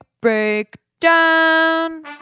breakdown